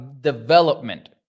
development